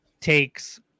takes